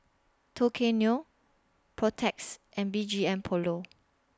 Tao Kae Noi Protex and B G M Polo